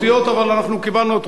אבל אנחנו קיבלנו את רות ההיא,